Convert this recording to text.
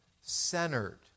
centered